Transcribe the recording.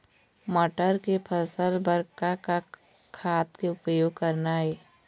मटर के फसल बर का का खाद के उपयोग करना ये?